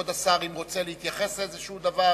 כבוד השר, אם הוא רוצה להתייחס לאיזשהו דבר.